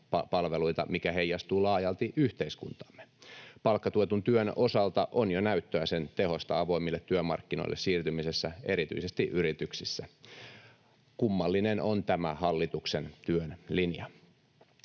mikä heijastuu laajalti yhteiskuntaamme. Palkkatuetun työn osalta on jo näyttöä sen tehosta avoimille työmarkkinoille siirtymisessä erityisesti yrityksissä. Kummallinen on tämä hallituksen työn linja.